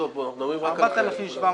אנחנו מדברים רק על חיילים.